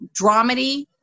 dramedy